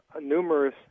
numerous